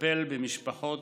מטפל במשפחות